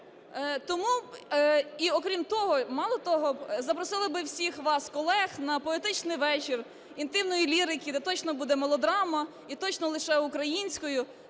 І, окрім того, мало того, запросили би всіх вас колег на поетичний вечір інтимної лірики, де точно буде мелодрама, і точно лише українською,